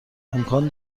امکان